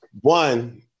one